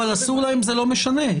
אבל אסור להם זה לא משנה.